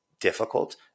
difficult